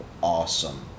awesome